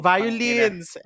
Violins